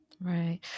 Right